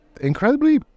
incredibly